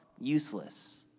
useless